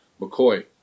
McCoy